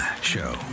Show